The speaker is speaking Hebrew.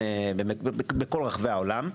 ובכל רחבי העולם.